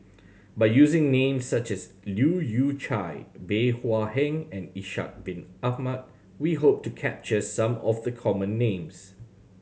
by using names such as Leu Yew Chye Bey Hua Heng and Ishak Bin Ahmad we hope to capture some of the common names